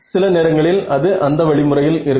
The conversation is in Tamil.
சில நேரங்களில் அது அந்த வழி முறையில் இருக்கும்